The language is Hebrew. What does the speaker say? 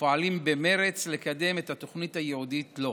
ופועלים במרץ לקדם את התוכנית הייעודית לו.